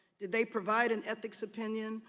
did they provide an ethics opinion,